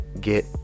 get